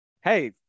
hey